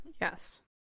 Yes